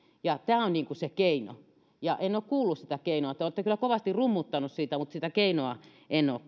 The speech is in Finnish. ja tämä on niin kun se keino ja en ole kuullut sitä keinoa te olette kyllä kovasti rummuttanut siitä mutta sitä keinoa en ole